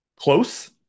close